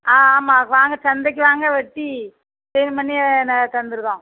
ஆ ஆமாம் வாங்க சந்தைக்கு வாங்க வெட்டி க்ளீன் பண்ணி நாங்கள் தந்துடுதோம்